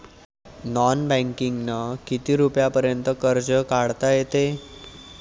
Non बँकिंगनं किती रुपयापर्यंत कर्ज काढता येते?